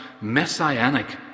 messianic